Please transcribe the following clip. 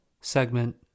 Segment